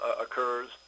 occurs